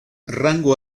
rango